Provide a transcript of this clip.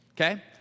Okay